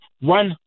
one